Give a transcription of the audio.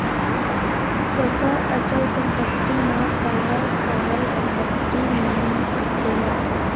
कका अचल संपत्ति मा काय काय संपत्ति मन ह आथे गा?